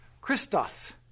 Christos